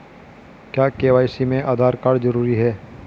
क्या के.वाई.सी में आधार कार्ड जरूरी है?